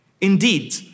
Indeed